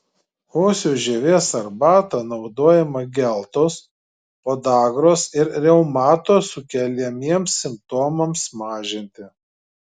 uosio žievės arbata naudojama geltos podagros ir reumato sukeliamiems simptomams mažinti